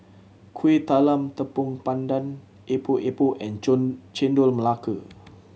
Kuih Talam Tepong Pandan Epok Epok and Chendol Melaka